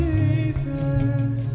Jesus